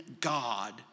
God